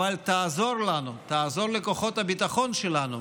תעזור לנו, תעזור לכוחות הביטחון שלנו,